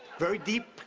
very deep.